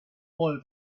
all